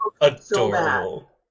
adorable